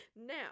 now